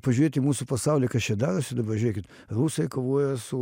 pažiūrėt į mūsų pasaulį kas čia darosi dabar žiūrėkit rusai kovoja su